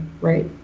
right